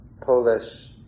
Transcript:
Polish